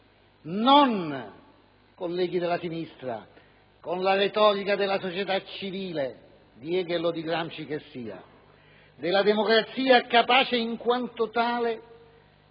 fa, colleghi della sinistra, con la retorica della società civile, di Hegel o di Gramsci che sia, della democrazia capace in quanto tale